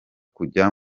kujya